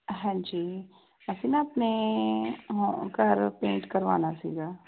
ਹਾਂਜੀ ਅਸੀਂ ਨਾ ਆਪਣੇ ਘਰ ਪੇਂਟ ਕਰਵਾਉਣਾ ਸੀਗਾ